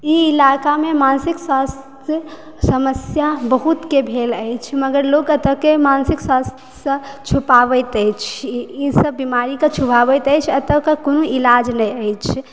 ई इलाकामे मानसिक स्वास्थ्य समस्या बहुतके भेल अछि मगर लोक एतऽके मानसिक स्वास्थ्यसँ छुपाबैत अछि ई सब बीमारीके छुपाबैत अछि ओकर कोनो इलाज नहि अछि